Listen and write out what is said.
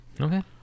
okay